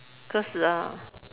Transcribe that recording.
because uh